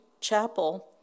Chapel